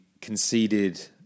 conceded